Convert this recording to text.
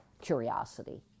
curiosity